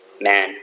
man